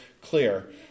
clear